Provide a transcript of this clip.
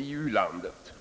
u-landet.